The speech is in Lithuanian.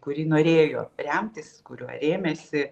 kurį norėjo remtis kuriuo rėmėsi